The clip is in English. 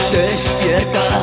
despierta